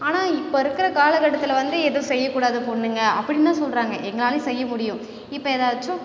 ஆனால் இப்போ இருக்கிற காலகட்டத்தில் வந்து எதுவும் செய்யக்கூடாது பெண்ணுங்க அப்படி தான் சொல்கிறாங்க எங்களாலேயும் செய்ய முடியும் இப்போ எதாச்சும்